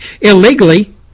illegally